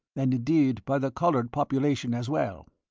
and indeed by the coloured population as well.